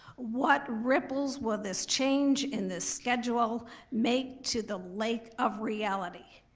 what ripples will this change in the schedule make to the lake of reality?